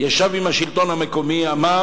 ישב עם השלטון המקומי, אמר